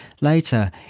Later